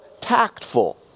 tactful